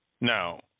Now